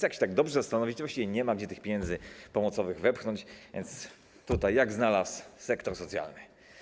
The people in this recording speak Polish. Jak się tak dobrze zastanowić, to właściwie nie ma gdzie tych pieniędzy pomocowych wepchnąć, więc tutaj jak znalazł - sektor socjalny.